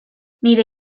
nire